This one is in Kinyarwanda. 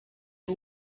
aho